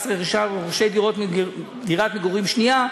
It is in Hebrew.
הרכישה על רוכשי דירת מגורים שנייה,